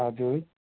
हजुर